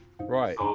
Right